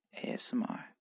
ASMR